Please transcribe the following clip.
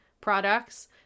products